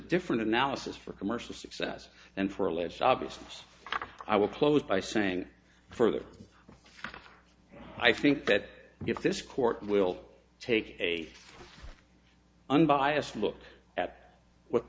different analysis for commercial success and for a less obvious which i will close by saying further i think that if this court will take a unbiased look at what